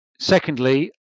Secondly